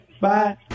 Bye